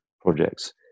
projects